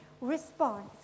response